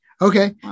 Okay